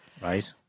right